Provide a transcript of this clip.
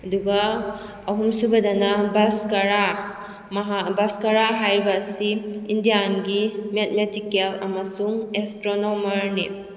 ꯑꯗꯨꯒ ꯑꯍꯨꯝꯁꯨꯕꯗꯅ ꯕꯁꯀꯥꯔꯥ ꯃꯍꯥꯛ ꯕꯁꯀꯥꯔꯥ ꯍꯥꯏꯕ ꯑꯁꯤ ꯏꯟꯗꯤꯌꯥꯟꯒꯤ ꯃꯦꯠꯃꯦꯇꯤꯀꯦꯜ ꯑꯃꯁꯨꯡ ꯑꯦꯁꯇ꯭ꯔꯣꯅꯣꯃꯔꯅꯤ